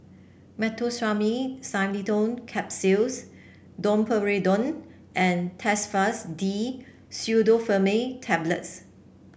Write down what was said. Meteospasmyl Simeticone Capsules Domperidone and Telfast D Pseudoephrine Tablets